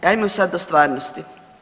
Ajmo sad o stvarnosti.